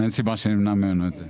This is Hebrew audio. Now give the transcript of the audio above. אין סיבה שנמנע ממנו את זה.